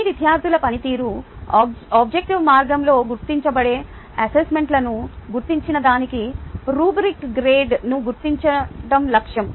మీ విద్యార్థుల పనితీరు ఆబ్జెక్టివ్ మార్గంలో గుర్తించబడే అసెస్మెంట్లను గుర్తించడానికి రుబ్రిక్ గైడ్ను గుర్తించడం లక్ష్యం